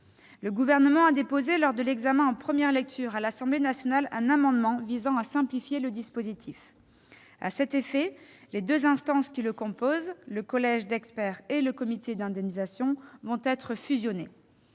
Le Gouvernement a déposé, lors de l'examen en première lecture à l'Assemblée nationale, un amendement visant à simplifier le dispositif. À cet effet, les deux instances qui le composent, le collège d'experts et le comité d'indemnisation, vont être fusionnées.